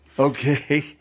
Okay